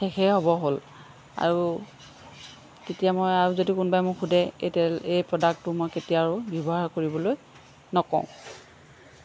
শেষেই হ'বৰ হ'ল আৰু তেতিয়া মই আৰু যদি কোনোবাই মোক সোধে এই তেল এই প্ৰডাক্টটো মই কেতিয়াও আৰু ব্যৱহাৰ কৰিবলৈ নকওঁ